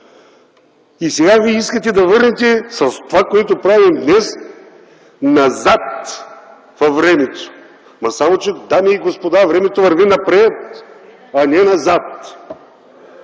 Сега вие искате да върнете с това, което правим днес, назад във времето. Само че, дами и господа, времето върви напред, а не назад.